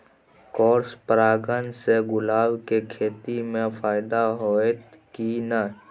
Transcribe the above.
Cross परागण से गुलाब के खेती म फायदा होयत की नय?